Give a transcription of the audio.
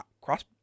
cross